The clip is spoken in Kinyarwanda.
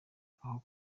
aho